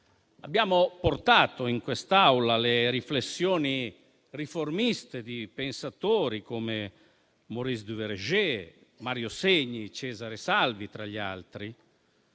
Abbiamo portato in quest'Aula le riflessioni riformiste di pensatori come Maurice Duverger, Mario Segni, Cesare Salvi, tra gli altri,